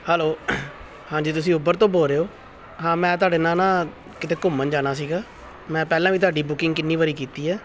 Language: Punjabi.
ਹੈਲੋ ਹਾਂਜੀ ਤੁਸੀਂ ਉਬਰ ਤੋਂ ਬੋਲ ਰਹੇ ਹੋ ਹਾਂ ਮੈਂ ਤੁਹਾਡੇ ਨਾਲ ਨਾ ਕਿਤੇ ਘੁੰਮਣ ਜਾਣਾ ਸੀਗਾ ਮੈਂ ਪਹਿਲਾਂ ਵੀ ਤੁਹਾਡੀ ਬੁਕਿੰਗ ਕਿੰਨੀ ਵਾਰੀ ਕੀਤੀ ਹੈ